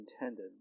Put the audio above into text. intended